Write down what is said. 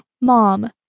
mom